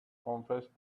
confessed